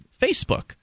Facebook